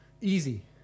Easy